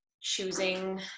choosing